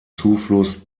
zufluss